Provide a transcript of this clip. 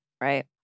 Right